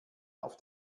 auf